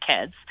kids